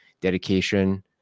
dedication